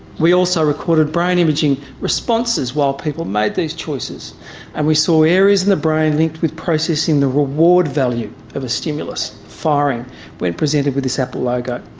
we also recorded brain imaging responses while people made these choices and we saw areas in the brain linked with processing the reward value of the stimulus firing when presented with this apple logo.